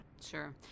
Sure